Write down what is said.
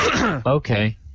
Okay